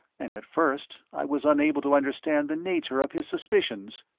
and at first i was unable to understand the nature of his suspicions.